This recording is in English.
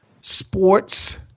sports